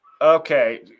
Okay